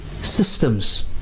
systems